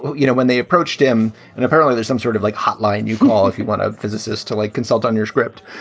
you know, when they approached him and apparently there's some sort of like hotline you call if you want a physicist to, like, consult on your script.